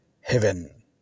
heaven